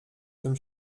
tym